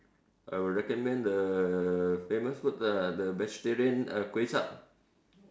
I will recommend the famous food lah the vegetarian uh kway-zhap